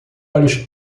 olhos